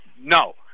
No